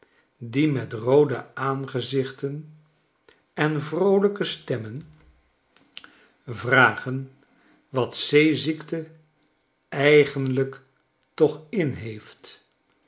die met roode aangezichten en vroolijke stemmen vragen wat zeeziekte eigenlijk toch inheeft